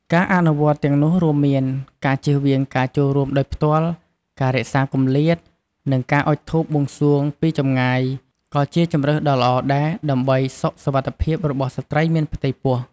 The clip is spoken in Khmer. ការអនុវត្តទាំងនោះរួមមាន ការជៀសវាងការចូលរួមដោយផ្ទាល់ ការរក្សាគម្លាត និងការអុជធូបបួងសួងពីចម្ងាយ ក៏ជាជម្រើសដ៏ល្អដែរ ដើម្បីសុខសុវត្ថិភាពរបស់ស្ត្រីមានផ្ទៃពោះ។